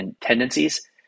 tendencies